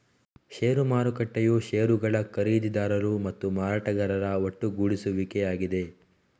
ಷೇರು ಮಾರುಕಟ್ಟೆಯು ಷೇರುಗಳ ಖರೀದಿದಾರರು ಮತ್ತು ಮಾರಾಟಗಾರರ ಒಟ್ಟುಗೂಡುವಿಕೆಯಾಗಿದೆ